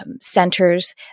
centers